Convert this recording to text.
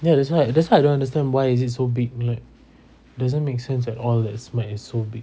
ya that's why that's why I don't understand why is it so big I mean like doesn't make sense at all like smite is so big